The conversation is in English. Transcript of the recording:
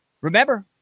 Remember